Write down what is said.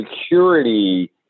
security